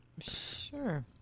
Sure